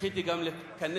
זכיתי גם לקנח,